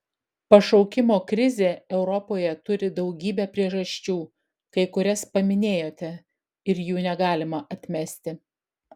pašaukimo krizė europoje turi daugybę priežasčių kai kurias paminėjote ir jų negalima atmesti